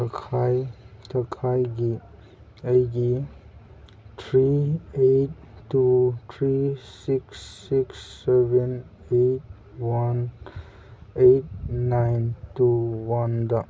ꯊꯈꯥꯏ ꯊꯈꯥꯏꯒꯤ ꯑꯩꯒꯤ three eight two three six six seven two one eight nine two ꯋꯥꯟꯗ